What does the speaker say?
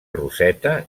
roseta